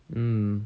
mm